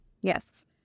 yes